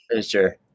Sure